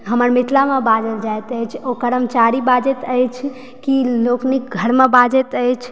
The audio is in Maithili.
हमर मिथिलामे बाजल जायत अछि ओ कर्मचारी बाजैत अछि कि लोकनिक घरमे बाजैत अछि